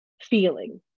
feeling